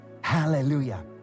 Hallelujah